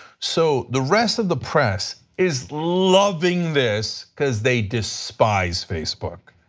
so the rest of the press is loving this because they despise facebook.